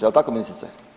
Jel tako ministrice?